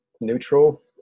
neutral